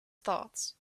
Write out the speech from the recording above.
thoughts